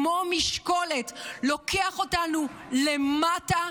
הוא לוקח אותנו למטה,